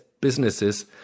businesses